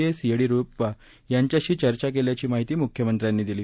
S Yeddyurappa यांच्याशी चर्चा केल्याची माहिती मुख्यमंत्र्यांनी दिली